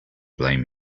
blame